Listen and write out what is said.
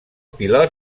pilot